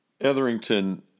Etherington